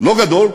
לא גדול,